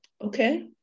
Okay